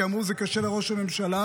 כי אמרו שזה קשה לראש הממשלה.